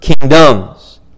kingdoms